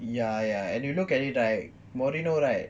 ya ya and you look at it right mourinho right